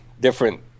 different